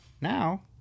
now